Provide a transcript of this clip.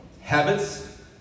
Habits